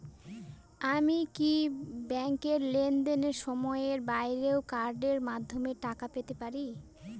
আমি কি ব্যাংকের লেনদেনের সময়ের বাইরেও কার্ডের মাধ্যমে টাকা পেতে পারি?